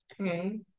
Okay